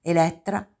Elettra